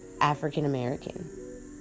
African-American